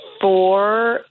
four